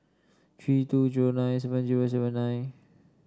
three two zero nine seven zero seven nine